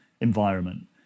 environment